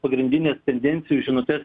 pagrindines tendencijų žinutes